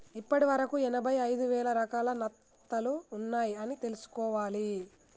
ఇప్పటి వరకు ఎనభై ఐదు వేల రకాల నత్తలు ఉన్నాయ్ అని తెలుసుకోవాలి